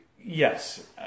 Yes